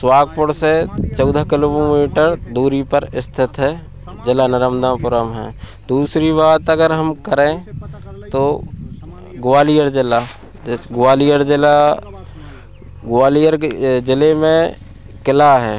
सोहागपुर से चौदह किलोमीटर दूरी पर स्थित है ज़िला नर्मदापुरम है दूसरी बात अगर हम करें तो ग्वालियर ज़िला जैस ग्वालियर ज़िला ग्वालियर के ज़िले में क़िला है